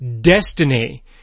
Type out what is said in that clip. destiny